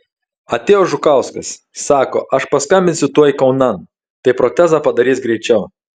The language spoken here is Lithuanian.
atėjo žukauskas sako aš paskambinsiu tuoj kaunan tai protezą padarys greičiau